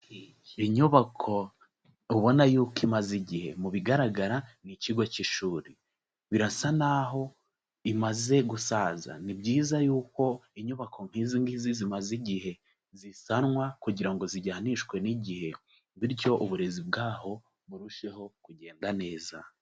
Inyubako ubona yuko imaze igihe, mu bigaragara ni ikigo cy'ishuri, birasa n'aho imaze gusaza, ni byiza yuko inyubako nk'izi ngizi zimaze igihe zisanwa kugira ngo zijyanishwe n'igihe bityo uburezi bw'aho burusheho kugenda neza.